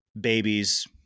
babies